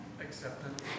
Acceptance